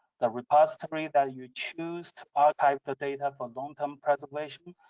the repository that you choose to archive the data for long-term preservation,